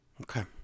Okay